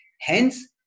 Hence